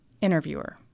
Interviewer